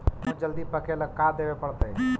गेहूं जल्दी पके ल का देबे पड़तै?